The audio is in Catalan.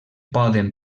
poden